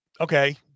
Okay